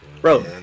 bro